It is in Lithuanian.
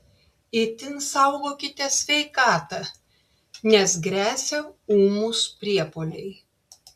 itin saugokite sveikatą nes gresia ūmūs priepuoliai